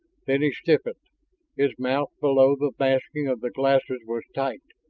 then he stiffened his mouth, below the masking of the glasses, was tight.